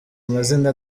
amazina